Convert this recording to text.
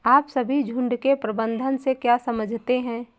आप सभी झुंड के प्रबंधन से क्या समझते हैं?